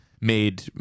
made